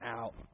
out